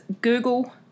Google